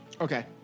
Okay